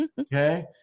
okay